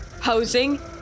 posing